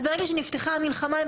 ברגע שנפתחה המלחמה,